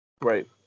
Right